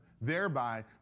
thereby